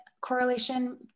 correlation